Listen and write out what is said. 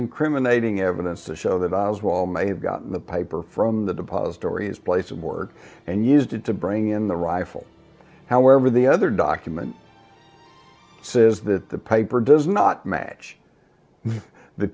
incriminating evidence to show that i was well may have gotten the paper from the depositories place of work and used it to bring in the rifle however the other document says that the paper does not match the